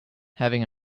having